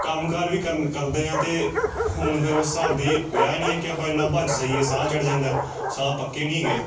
ਕੰਮਕਾਰ ਵੀ ਕਰ ਕਰਦੇ ਹਾਂ ਅਤੇ ਹੁਣ ਫਿਰ ਉਸ ਹਿਸਾਬ ਦੀ ਰਿਹਾ ਨਹੀਂ ਕਿ ਆਪਾਂ ਇੰਨਾ ਭੱਜ ਸਕੀਏ ਸਾਹ ਚੜ੍ਹ ਜਾਂਦਾ ਸਾਹ ਪੱਕੇ ਨਹੀਂ ਹੈਗੇ